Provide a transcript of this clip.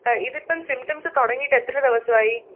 ആ ഇതിപ്പം സിംറ്റംസ് തുടങ്ങിയിട്ട് എത്ര ദിവസം ആയി